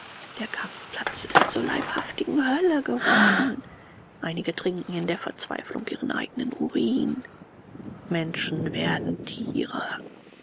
der kampfplatz ist zur leibhaftigen hölle geworden einige trinken in der verzweiflung ihren eignen urin menschen werden tiere